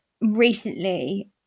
recently